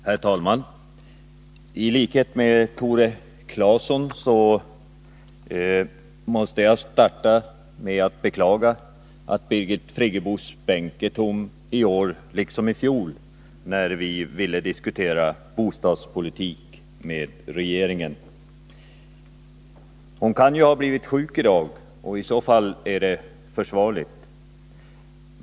Herr talman! I likhet med Tore Claeson måste jag starta med att beklaga att Birgit Friggebos bänk är tom i år liksom i fjol, när vi ville diskutera bostadspolitik med regeringen. Hon kan förstås ha blivit sjuk, och i så fall är frånvaron försvarlig.